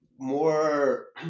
more